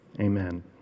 amen